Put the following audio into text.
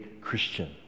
Christian